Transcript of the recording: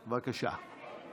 בבקשה.